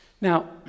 Now